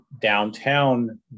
downtown